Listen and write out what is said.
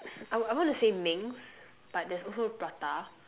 I would I want to say ming's but there's also prata